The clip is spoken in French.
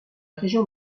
région